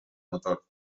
motor